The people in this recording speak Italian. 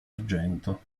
argento